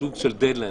סוג של דד-ליין.